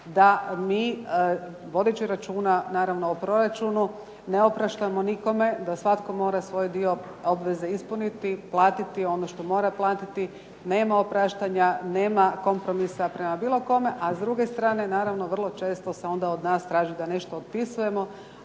da mi vodeći računa naravno o proračunu ne opraštamo nikome da svatko mora svoj dio obveze ispuniti, platiti ono što mora platiti, nema opraštanja, nema kompromisa prema bilo kome. A s druge strane vrlo često se onda od nas traži da nešto otpisujemo,